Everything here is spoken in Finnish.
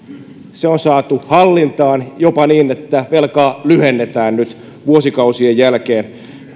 on saatu hallintaan jopa niin että velkaa lyhennetään nyt vuosikausien jälkeen